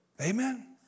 Amen